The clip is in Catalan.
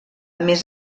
més